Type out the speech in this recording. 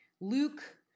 Luke